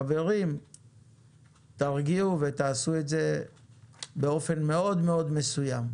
חברים תרגיעו ותעשו את זה באופן מאוד מסוים,